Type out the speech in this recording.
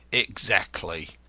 exactly.